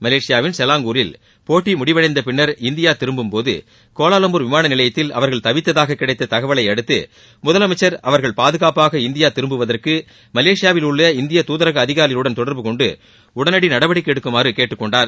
மலேசியாவின் செலாங்கூரில் போட்டி முடிவடைந்த பின்னர் இந்தியா திரும்பும்போது கோலாலம்பூர் விமான நிலையத்தில் அவர்கள் தவித்ததாகக் கிடைத்த தகவலை அடுத்து முதலமைச்சர் அவர்கள் பாதுகாப்பாக இந்தியா திரும்புவதற்கு மலேசியாவில் உள்ள இந்திய துதரக அதிகாரிகளுடன் தொடர்பு கொண்டு உடனடி நடவடிக்கை எடுக்குமாறு கேட்டுக் கொண்டார்